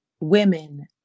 women